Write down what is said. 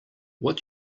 what